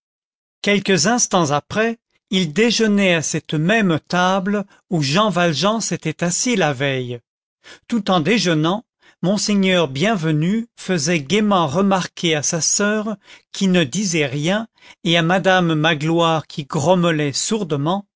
quelques instants après il déjeunait à cette même table où jean valjean s'était assis la veille tout en déjeunant monseigneur bienvenu faisait gaîment remarquer à sa soeur qui ne disait rien et à madame magloire qui